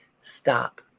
stop